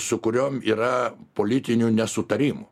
su kuriom yra politinių nesutarimų